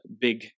big